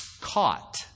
caught